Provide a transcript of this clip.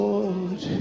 Lord